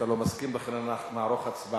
אתה לא מסכים, לכן אנחנו נערוך הצבעה.